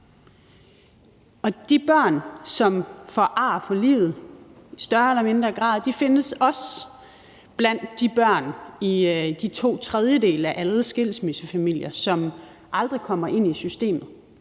Og de børn, som får ar for livet i større eller mindre grad, findes også blandt de børn i de to tredjedele af alle skilsmissefamilier, som aldrig kommer ind i systemet.